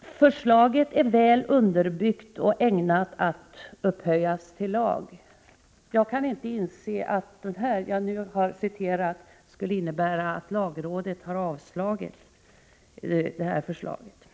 förslaget är väl underbyggt och ägnat att upphöjas till lag. Jag kan inte inse att det jag nu har citerat skulle innebära att lagrådet har avstyrkt det här förslaget.